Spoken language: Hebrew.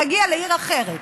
להגיע לעיר אחרת,